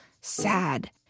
sad